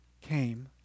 came